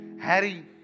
Harry